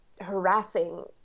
harassing